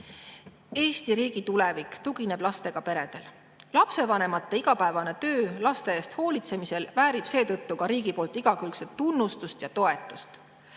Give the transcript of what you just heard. "Eesti riigi tulevik tugineb lastega peredel. Lapsevanemate igapäevane töö laste eest hoolitsemisel väärib seetõttu ka riigi poolt igakülgselt tunnustust ja toetust.